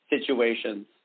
situations